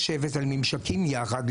לשבת על ממשקים יחד,